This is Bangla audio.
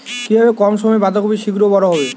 কিভাবে কম সময়ে বাঁধাকপি শিঘ্র বড় হবে?